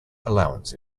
allowance